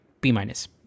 B-minus